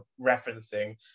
referencing